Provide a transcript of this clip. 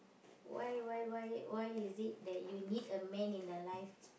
why why why why is it that you need a man in your life